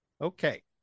okay